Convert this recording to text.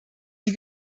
die